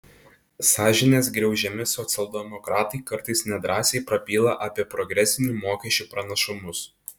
sąžinės griaužiami socialdemokratai kartais nedrąsiai prabyla apie progresinių mokesčių pranašumus